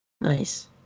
Nice